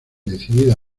decidida